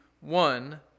one